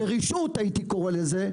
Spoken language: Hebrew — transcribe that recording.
הייתי קורא לזה ברשעות,